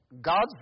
God's